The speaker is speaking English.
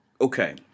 Okay